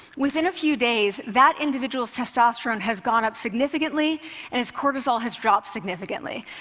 within a few days, that individual's testosterone has gone up significantly and his cortisol has dropped significantly.